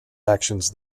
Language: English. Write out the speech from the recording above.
actions